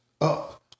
up